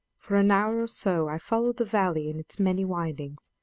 for an hour or so i followed the valley in its many windings,